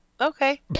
Okay